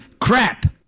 crap